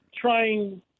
trying –